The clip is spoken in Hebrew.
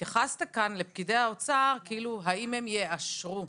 התייחסת כאן לפקידי האוצר האם הם יאשרו.